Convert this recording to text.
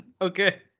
Okay